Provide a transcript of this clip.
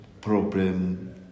problem